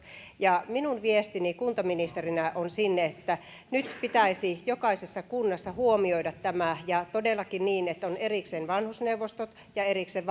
minun viestini kuntaministerinä on sinne että nyt pitäisi jokaisessa kunnassa huomioida tämä ja todellakin niin että on erikseen vanhusneuvostot ja erikseen